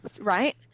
Right